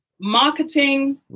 Marketing